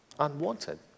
unwanted